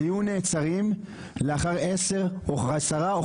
והיום כשאני רואה שהן לא מקבלות עבודות שירות אלא שבע ושמונה